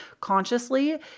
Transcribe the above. consciously